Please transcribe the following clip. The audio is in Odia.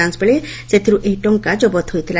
ଯାଞ୍ ବେଳେ ସେଥରୁ ଏହି ଟଙ୍କା ଜବତ ହୋଇଥିଲା